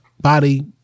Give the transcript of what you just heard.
body